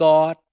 God